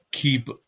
Keep